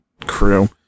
crew